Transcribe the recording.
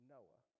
Noah